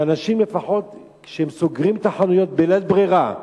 שאנשים שסוגרים את החנויות בלית ברירה,